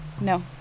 No